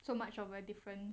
so much of a difference